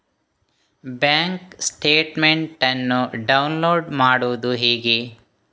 Bank statement ಅನ್ನು download ಮಾಡುವುದು ಹೇಗೆ?